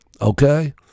Okay